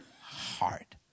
heart